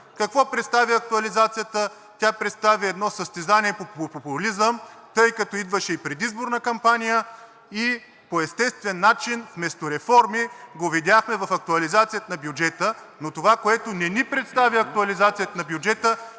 Какво представи актуализацията? Тя представи едно състезание по популизъм, тъй като идваше и предизборна кампания, и по естествен начин, вместо реформи, го видяхме в актуализацията на бюджета, но това, което не ни представи актуализацията на бюджета,